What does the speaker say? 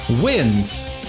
wins